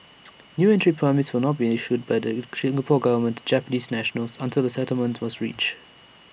new entry permits would not be issued by the Singapore Government to Japanese nationals until A settlement was reached